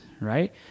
Right